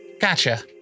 Gotcha